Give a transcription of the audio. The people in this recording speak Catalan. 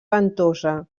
ventosa